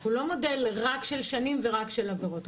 הוא לא מודל רק של שנים ורק של עבירות.